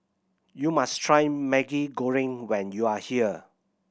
you must try Maggi Goreng when you are here